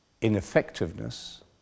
ineffectiveness